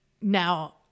Now